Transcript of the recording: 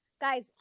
Guys